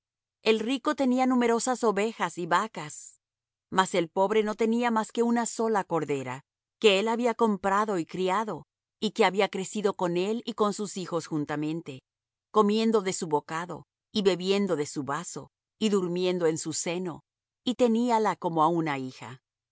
el rico tenía numerosas ovejas y vacas mas el pobre no tenía más que una sola cordera que él había comprado y criado y que había crecido con él y con sus hijos juntamente comiendo de su bocado y bebiendo de su vaso y durmiendo en su seno y teníala como á una hija